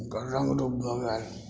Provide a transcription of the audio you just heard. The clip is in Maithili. हुनकर रङ्ग रूप भऽ गेल